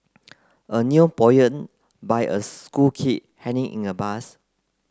a new poem by a school kid hanging in a bus